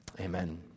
amen